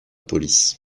police